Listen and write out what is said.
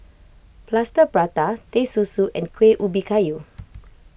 Plaster Prata Teh Susu and Kueh Ubi Kayu